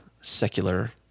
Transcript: secular